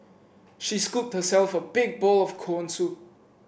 she scooped herself a big bowl of corn soup